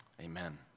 Amen